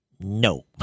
No